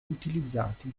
utilizzati